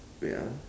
wait ah